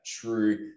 true